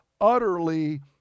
utterly